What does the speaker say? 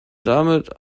damit